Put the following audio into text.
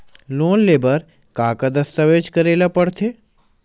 Loan ले बर का का दस्तावेज करेला पड़थे?